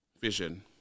vision